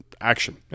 action